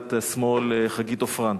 פעילת השמאל, חגית עפרן.